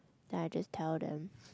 then I just tell them